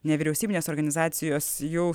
nevyriausybinės organizacijos jau